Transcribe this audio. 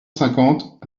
cinquante